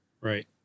Right